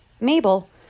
Mabel